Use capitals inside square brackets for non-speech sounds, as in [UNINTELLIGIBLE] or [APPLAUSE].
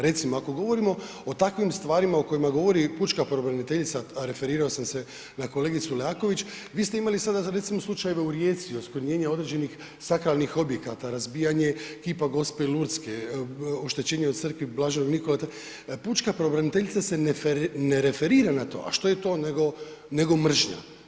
Recimo, ako govorimo o takvim stvarima o kojima govori pučka pravobraniteljica, referirao sam se na kolegicu Leaković, vi ste imali sada za recimo, slučajeve u Rijeci, oskvrnjenje određenih sakralnih objekata, razbijanje kipa Gospe Lurdske, oštećenje u crkvi Blaženog, ... [UNINTELLIGIBLE] pučka pravobraniteljica se ne referira na to, a što je to nego mržnja.